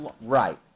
Right